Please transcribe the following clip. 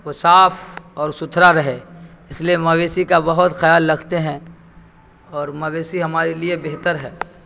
وہ صاف اور ستھرا رہے اس لیے مویشی کا بہت خیال رکھتے ہیں اور مویشی ہمارے لیے بہتر ہے